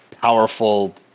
powerful